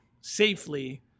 safely